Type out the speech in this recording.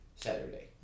Saturday